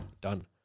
Done